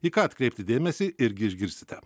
į ką atkreipti dėmesį irgi išgirsite